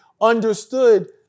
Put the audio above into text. understood